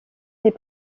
des